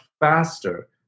faster